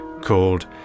called